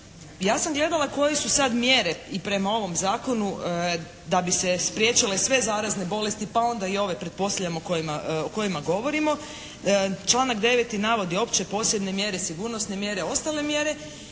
Ja sam gledala koje su sad mjere i prema ovom zakonu da bi se spriječile sve zarazne bolesti pa onda i ove pretpostavljamo o kojima govorimo. Članak 9. navodi opće i posebne mjere, sigurnosne mjere, ostale mjere.